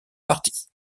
partie